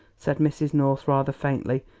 said mrs. north rather faintly,